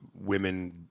women